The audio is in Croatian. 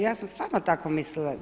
Ja sam stvarno tako mislila.